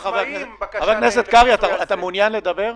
הרך,